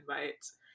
invites